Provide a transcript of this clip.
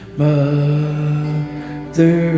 mother